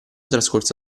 trascorso